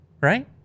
right